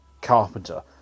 Carpenter